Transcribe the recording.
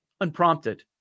unprompted